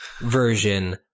version